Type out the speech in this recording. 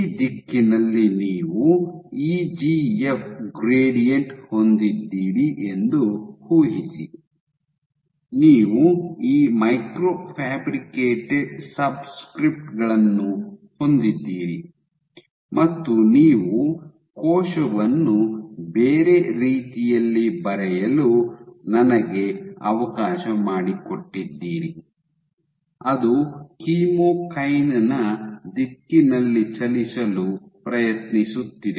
ಈ ದಿಕ್ಕಿನಲ್ಲಿ ನೀವು ಇಜಿಎಫ್ ಗ್ರೇಡಿಯಂಟ್ ಹೊಂದಿದ್ದೀರಿ ಎಂದು ಊಹಿಸಿ ನೀವು ಈ ಮೈಕ್ರೊ ಫ್ಯಾಬ್ರಿಕೇಟೆಡ್ ಸಬ್ಸ್ಕ್ರಿಪ್ಟ್ ಗಳನ್ನು ಹೊಂದಿದ್ದೀರಿ ಮತ್ತು ನೀವು ಕೋಶವನ್ನು ಬೇರೆ ರೀತಿಯಲ್ಲಿ ಬರೆಯಲು ನನಗೆ ಅವಕಾಶ ಮಾಡಿಕೊಟ್ಟಿದ್ದೀರಿ ಅದು ಕೀಮೋಕೈನ್ ನ ದಿಕ್ಕಿನಲ್ಲಿ ಚಲಿಸಲು ಪ್ರಯತ್ನಿಸುತ್ತಿದೆ